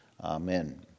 Amen